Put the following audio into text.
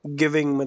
giving